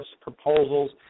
proposals